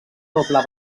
doble